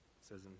says